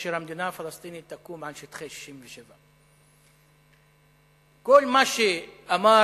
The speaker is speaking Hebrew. והמדינה הפלסטינית תקום על שטחי 67'. כל מה שאמר